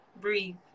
Breathe